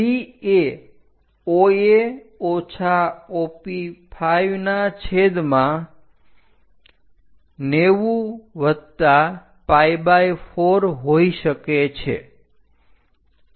C એ OA OP5 ના છેદમાં 90 pi4 હોય શકે છે